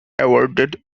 awarded